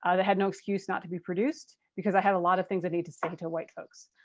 ah they had no excuse not to be produced because i have a lot of things i need to say to white folks.